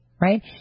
right